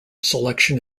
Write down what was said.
selection